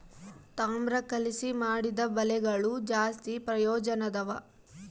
ತಾಮ್ರ ಕಲಿಸಿ ಮಾಡಿದ ಬಲೆಗಳು ಜಾಸ್ತಿ ಪ್ರಯೋಜನದವ